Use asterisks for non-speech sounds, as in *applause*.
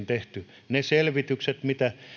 *unintelligible* tehty ne selvitykset mitä